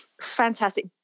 fantastic